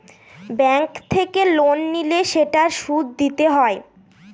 bank থেকে loan নিলে সেটার সুদ দিতে হয়